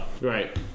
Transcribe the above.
right